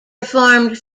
performed